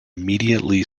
immediately